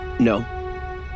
No